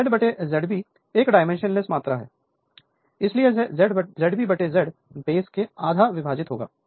तोZZ B एक dimensionless मात्रा है इसलिए यह Z Z बेस से आधा विभाजित होगा